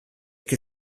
che